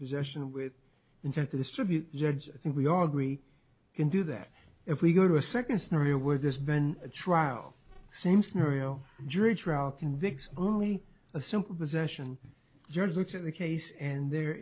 sion with intent to distribute judge i think we all agree can do that if we go to a second scenario where there's been a trial same scenario jury trial convicts only a simple possession you're looking at the case and there